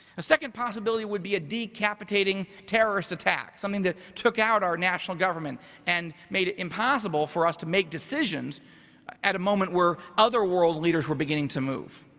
a second possibility would be a decapitating terrorist attack. something that took out our national government and made it impossible for us to make decisions at a moment where other world's leaders were beginning to move.